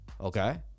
Okay